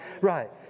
Right